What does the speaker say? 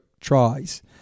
tries